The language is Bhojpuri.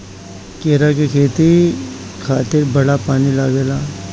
केरा के खेती खातिर बड़ा पानी लागेला